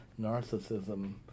narcissism